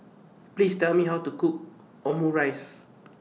Please Tell Me How to Cook Omurice